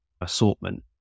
assortment